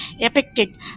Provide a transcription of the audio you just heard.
affected